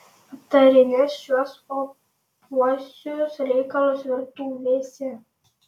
aptarinės šiuos opiuosius reikalus virtuvėse